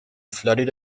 flooded